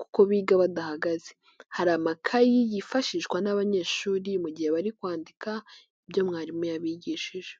kuko biga badahagaze, hari amakayi yifashishwa n'abanyeshuri mu gihe bari kwandika ibyo mwarimu yabigishije.